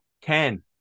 Ten